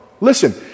Listen